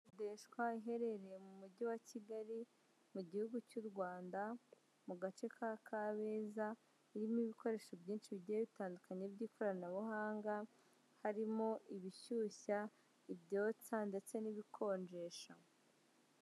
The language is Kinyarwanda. Ikodeshwa iherereye mu mujyi wa kigali mu gihugu cy'u Rwanda mu gace ka Kabeza irimo ibikoresho byinshi bigiye bitandukanye by'ikoranabuhanga harimo ibishyushya ibyotsa ndetse n'ibikonjesha